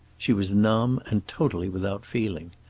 she was numb and totally without feeling.